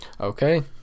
Okay